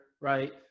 right